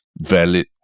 valid